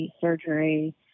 surgery